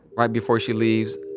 right before she leaves,